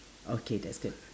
okay that's good